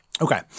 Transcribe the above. Okay